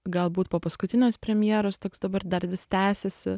galbūt po paskutinės premjeros toks dabar dar vis tęsiasi